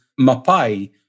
Mapai